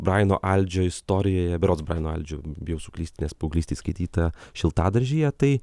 braino aldžio istorijoje berods braino aldžio bijau suklyst nes paauglystėj skaityta šiltadaržyje tai